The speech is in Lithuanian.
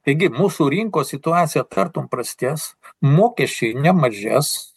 taigi mūsų rinkos situacija tartum prastės mokesčiai nemažės